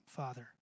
Father